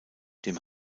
dem